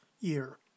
year